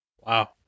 Wow